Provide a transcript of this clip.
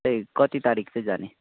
त्यही कति तारिख चाहिँ जाने